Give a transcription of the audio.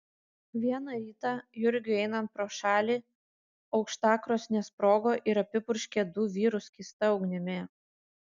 vieną rytą jurgiui einant pro šalį aukštakrosnė sprogo ir apipurškė du vyrus skysta ugnimi